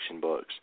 books